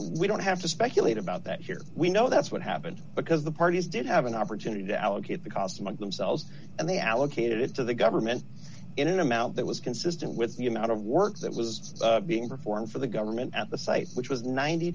we don't have to speculate about that here we know that's what happened because the parties did have an opportunity to allocate the cost among themselves and they allocated it to the government in an amount that was consistent with the amount of work that was being performed for the government at the site which was ninety